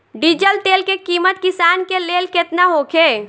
Diesel तेल के किमत किसान के लेल केतना होखे?